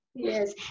Yes